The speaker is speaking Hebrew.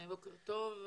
בוקר טוב.